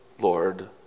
Lord